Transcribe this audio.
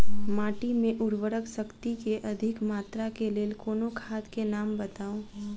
माटि मे उर्वरक शक्ति केँ अधिक मात्रा केँ लेल कोनो खाद केँ नाम बताऊ?